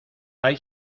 hay